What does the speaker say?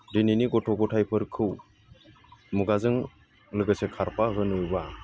दिनैनि गथ' गथायफोरखौ मुगाजों लोगोसे खारफा होनोब्ला